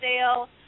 sale